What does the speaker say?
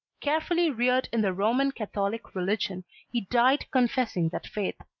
carefully reared in the roman catholic religion he died confessing that faith.